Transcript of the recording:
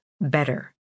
better